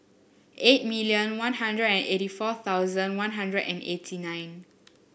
eight million One Hundred and eighty four thousand One Hundred and eighty nine